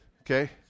Okay